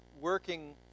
working